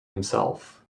himself